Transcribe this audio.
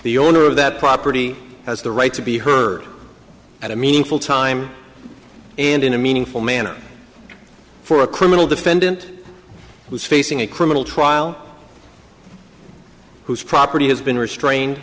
the owner of that property has the right to be heard at a meaningful time and in a meaningful manner for a criminal defendant who's facing a criminal trial whose property has been restrain